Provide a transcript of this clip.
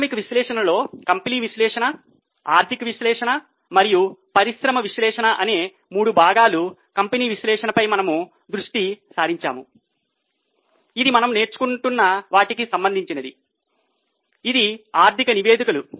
ప్రాథమిక విశ్లేషణలో కంపెనీ విశ్లేషణ ఆర్థిక విశ్లేషణ మరియు పరిశ్రమ విశ్లేషణ అనే మూడు భాగాలు కంపెనీ విశ్లేషణపై మనము దృష్టి సారించాము ఇది మనము నేర్చుకుంటున్న వాటికి సంబంధించినది ఇది ఆర్థిక నివేదికలు